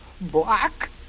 Black